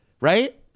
Right